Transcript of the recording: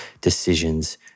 decisions